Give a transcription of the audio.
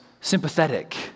sympathetic